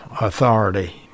authority